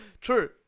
True